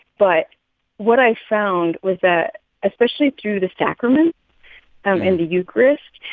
but what i found was that especially through the sacraments and the eucharist